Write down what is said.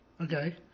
Okay